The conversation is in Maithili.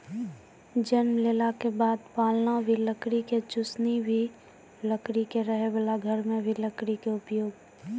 जन्म लेला के बाद पालना भी लकड़ी के, चुसनी भी लकड़ी के, रहै वाला घर मॅ भी लकड़ी के उपयोग